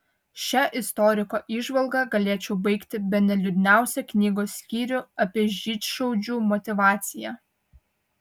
šia istoriko įžvalga galėčiau baigti bene liūdniausią knygos skyrių apie žydšaudžių motyvaciją